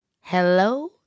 Hello